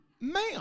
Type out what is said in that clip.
Ma'am